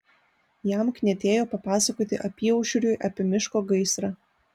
jam knietėjo papasakoti apyaušriui apie miško gaisrą